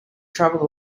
traveled